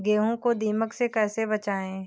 गेहूँ को दीमक से कैसे बचाएँ?